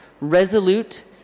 Resolute